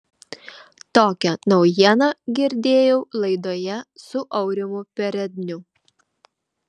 tokią naujieną girdėjau laidoje su aurimu peredniu